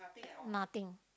nothing